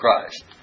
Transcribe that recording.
Christ